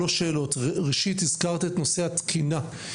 שלוש שאלות: ראשית, הזכרת את נושא התקינה.